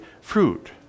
fruit